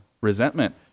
Resentment